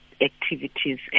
Activities